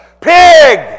Pig